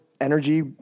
energy